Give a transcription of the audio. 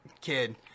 kid